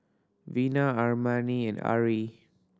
Vina Armani and Ari